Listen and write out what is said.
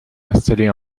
installer